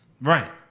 Right